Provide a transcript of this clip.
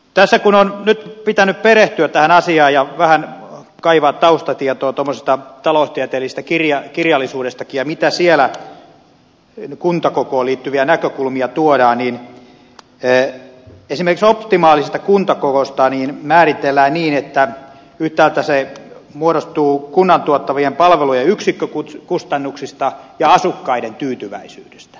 tässä kun on nyt pitänyt perehtyä tähän asiaan ja vähän kaivaa taustatietoa tuommoisesta taloustieteellisestä kirjallisuudestakin ja siitä mitä kuntakokoon liittyviä näkökulmia siellä tuodaan niin esimerkiksi optimaalista kuntakokoa määritellään niin että se muodostuu kunnan tuottamien palvelujen yksikkökustannuksista ja asukkaiden tyytyväisyydestä